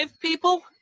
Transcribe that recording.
people